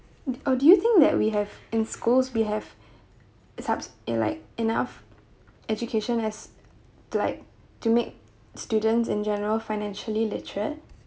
or do you think that we have in schools we have sub~ a like enough education as like to make students in general financially literate